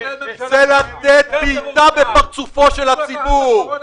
זה לתת בעיטה בפרצופו של הציבור.